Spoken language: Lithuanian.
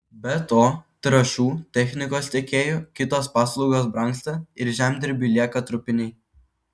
be to trąšų technikos tiekėjų kitos paslaugos brangsta ir žemdirbiui lieka trupiniai